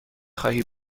خواهی